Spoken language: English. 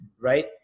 right